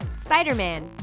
Spider-Man